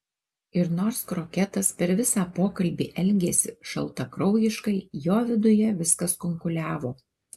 ir nors kroketas per visą pokalbį elgėsi šaltakraujiškai jo viduje viskas kunkuliavo